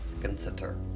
consider